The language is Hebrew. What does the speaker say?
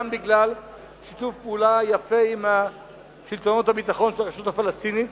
גם בגלל שיתוף פעולה יפה עם שלטונות הביטחון של הרשות הפלסטינית.